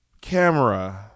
Camera